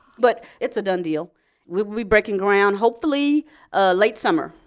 but it's a done deal. we will be breaking ground hopefully ah late summer.